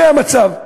זה המצב.